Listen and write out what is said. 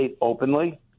openly